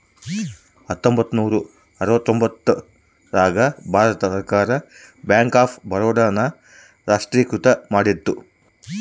ಹತ್ತೊಂಬತ್ತ ನೂರ ಅರವತ್ತರ್ತೊಂಬತ್ತ್ ರಾಗ ಭಾರತ ಸರ್ಕಾರ ಬ್ಯಾಂಕ್ ಆಫ್ ಬರೋಡ ನ ರಾಷ್ಟ್ರೀಕೃತ ಮಾಡಿತು